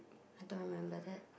I don't remember that